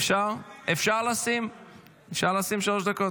אפשר לשים שלוש דקות?